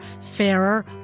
fairer